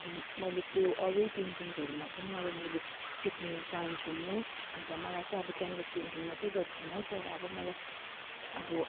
मैले त्यो अरू नै पेन्टिङ्सहरूमा पनि अब मैले सिक्नु चाहन्छु म अन्त मलाई चाहिँअब क्यान्भस पेन्टिङ मात्रै गर्छु म तर अब मलाई अब